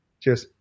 Cheers